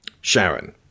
Sharon